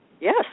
yes